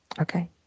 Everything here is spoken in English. okay